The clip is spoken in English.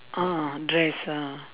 ah dress ah